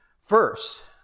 first